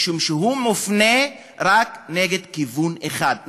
משום שהוא מופנה רק נגד כיוון אחד,